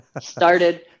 started